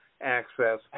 access